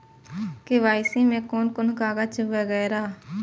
KYC में कोन कोन कागज वगैरा?